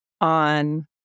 on